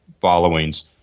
followings